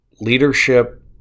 leadership